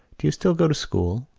do you still go to school?